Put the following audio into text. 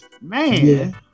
Man